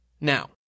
Now